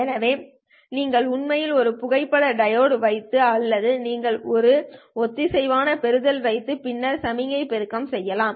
எனவே நீங்கள் உண்மையில் ஒரு புகைப்பட டையோடு வைத்து அல்லது நீங்கள் ஒரு ஒத்திசைவான பெறுதல் வைத்து பின்னர் சமிக்ஞை பெருக்க செய்யலாம்